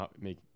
make